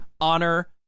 honor